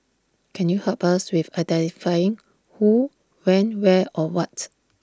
can you help us with identifying who when where or what